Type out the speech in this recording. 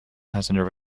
passenger